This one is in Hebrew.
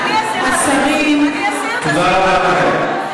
אני אסיר, אדוני היושב-ראש, השרים, תודה רבה לכן.